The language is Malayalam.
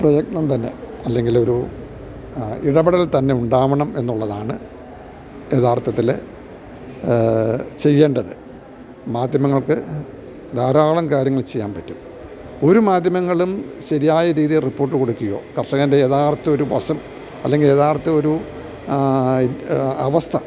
പ്രയത്നം തന്നെ അല്ലെങ്കിലൊരു ഇടപെടൽ തന്നെ ഉണ്ടാവണം എന്നുള്ളതാണ് യഥാർത്ഥത്തില് ചെയ്യേണ്ടത് മാധ്യമങ്ങൾക്കു ധാരാളം കാര്യങ്ങൾ ചെയ്യാന് പറ്റും ഒരു മാധ്യമങ്ങളും ശരിയായ രീതിയില് റിപ്പോർട്ട് കൊടുക്കുകയോ കർഷകൻ്റെ യഥാർത്ഥ ഒരു പ്രശ്നം അല്ലെങ്കില് യഥാർത്ഥ ഒരു അവസ്ഥ